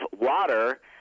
water